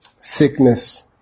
sickness